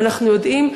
אנחנו יודעים.